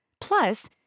Plus